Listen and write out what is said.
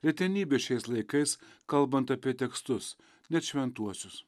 retenybė šiais laikais kalbant apie tekstus net šventuosius